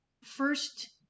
first